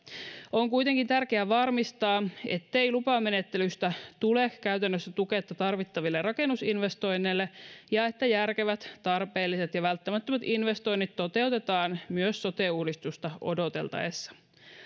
on kuitenkin tärkeä varmistaa ettei lupamenettelystä tule käytännössä tuketta tarvittaville rakennusinvestoinneille ja että järkevät tarpeelliset ja välttämättömät investoinnit toteutetaan myös sote uudistusta odoteltaessa